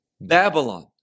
babylon